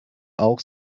auch